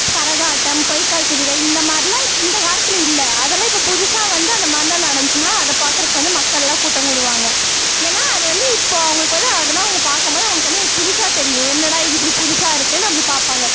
கரகாட்டம் பொய்க்கால் குதிரை இந்த மாதிரிலாம் இந்த காலத்தில் இல்லை அதெல்லாம் இப்போ புதுசாக வந்து அந்த மாதிரிலாம் நடந்துச்சுனா அதை பார்க்கறக்கு வந்து மக்களெலாம் கூட்டம் கூடுவாங்க ஏன்னால் அது வந்து இப்போது அவங்களுக்கு வந்து அதெலாம் அவங்க பார்க்கம் போது அவங்களுக்கு வந்து அது புதுசாக தெரியும் என்னடா இது இப்படி புதுசாக இருக்குதுன்னு அப்படி பார்ப்பாங்க